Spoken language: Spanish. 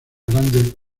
grandes